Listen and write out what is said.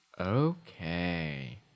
Okay